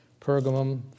Pergamum